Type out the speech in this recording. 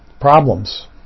problems